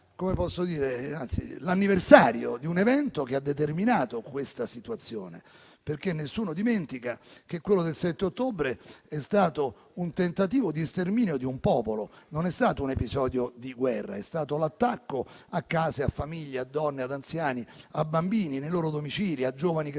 - ricorrerà l'anniversario di un evento che ha determinato questa situazione. Nessuno dimentica che quello del 7 ottobre è stato un tentativo di sterminio di un popolo: non è stato un episodio di guerra, ma è stato l'attacco a case, a famiglie, a donne, ad anziani, a bambini nei loro domicili, a giovani che